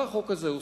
מה החוק הזה עושה?